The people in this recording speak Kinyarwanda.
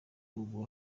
ubu